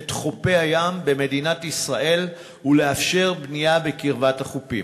את חופי הים במדינת ישראל ולאפשר בנייה בקרבת החופים.